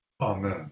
Amen